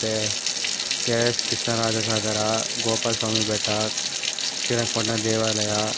ಮತ್ತು K R S Krishnaraja Sagara Gopala Swamy Betta Srirangapatna ದೇವಾಲಯ